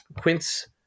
quince